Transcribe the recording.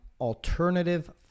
alternative